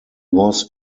was